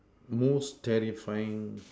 most terrifying